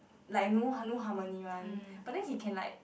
like no har~ no harmony one but then he can like